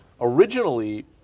Originally